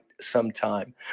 sometime